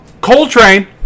Coltrane